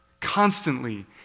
constantly